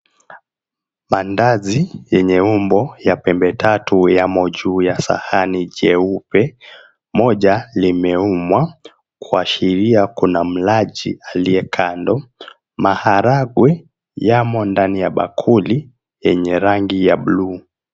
Mandazi yenye umbo ya pembe tatu yamo juu ya sahani jeupe moja limeumwa kuashiria kuna mlaji aliye kando. Maharagwe yamo ndani ya bakuli yenye rangi ya buluu.